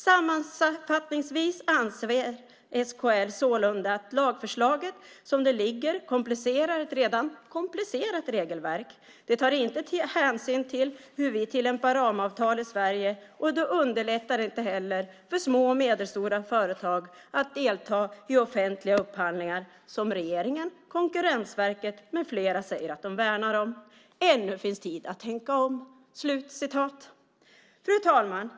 Sammanfattningsvis anser SKL sålunda att lagförslaget som det ligger komplicerar ett redan komplicerat regelverk, det tar inte hänsyn till hur vi tillämpar ramavtal i Sverige och det underlättar inte heller för små och medelstora företag att delta i offentliga upphandlingar som regeringen, konkurrensverket med flera säger att de värnar om. Ännu finns tid att tänka om." Fru talman!